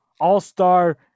all-star